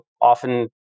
often